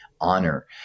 honor